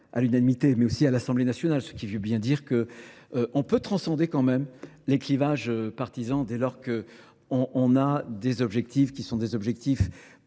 à l'unanimité mais aussi à l'Assemblée nationale, ce qui veut bien dire qu'on peut transcender quand même l'éclivage partisan dès lors qu'on a des objectifs qui sont des objectifs